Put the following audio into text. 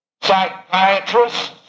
psychiatrists